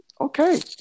Okay